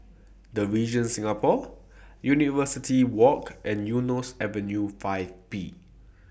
The Regent Singapore University Walk and Eunos Avenue five B